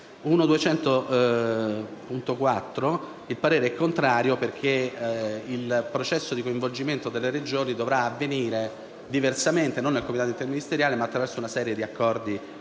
2)/4, il parere è contrario perché il processo di coinvolgimento delle Regioni dovrà avvenire diversamente, non nel Comitato interministeriale ma attraverso una serie di accordi